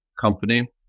company